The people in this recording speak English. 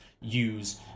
use